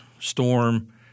storm